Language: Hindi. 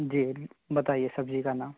जी बताइए सब्ज़ी का नाम